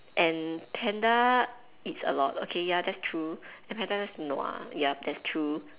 and panda eats a lot okay ya that's true and panda just nua ya that's true